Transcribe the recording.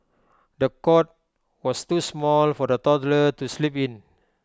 the cot was too small for the toddler to sleep in